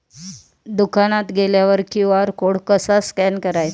दुकानात गेल्यावर QR code कसा स्कॅन करायचा?